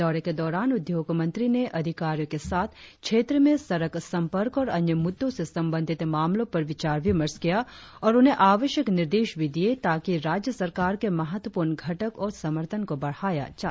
दौरे के दौरान उद्योग मंत्री ने अधिकारियों के साथ क्षेत्र में सड़क संपर्क और अन्य मुद्दों से संबंधित मामलों पर विचार विमर्श किया और उन्हें आवश्यक निर्देश भी दिए ताकि राज्य सरकार के महत्वपूर्ण घटक और समर्थन को बढ़ाया जा सके